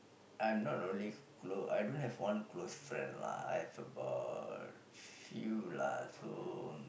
I'm not only clo~ I don't have one close friend lah I have about few lah so